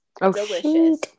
delicious